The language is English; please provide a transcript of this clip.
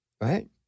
Right